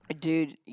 Dude